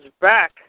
back